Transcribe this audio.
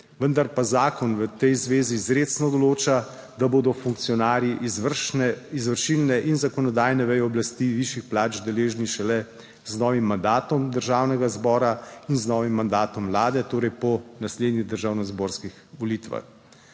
Vendar pa zakon v tej zvezi izrecno določa, da bodo funkcionarji izvršilne in zakonodajne veje oblasti višjih plač deležni šele z novim mandatom Državnega zbora in z novim mandatom vlade, torej po naslednjih državnozborskih volitvah.